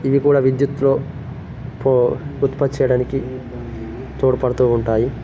ఇవి కూడా విద్యుత్లో పో ఉత్పత్తి చేయడానికి తోడ్పడుతూ ఉంటాయి